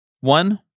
one